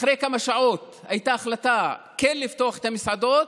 אחרי כמה שעות הייתה החלטה כן לפתוח את המסעדות,